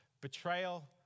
betrayal